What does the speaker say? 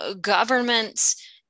governments